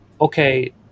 okay